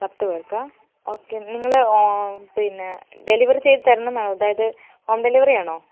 പത്ത് പേർക്കാ ഓക്കെ നിങ്ങള് പിന്നെ ഡെലിവറി ചെയ്ത് തരണമെന്നാണോ അതായത് ഹോം ഡെലിവറി ആണോ